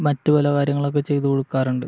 മറ്റു പല കാര്യങ്ങളുമൊക്കെ ചെയ്തുകൊടുക്കാറുണ്ട്